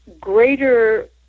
greater